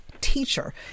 teacher